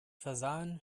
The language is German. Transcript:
versahen